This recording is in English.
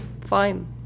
fine